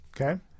Okay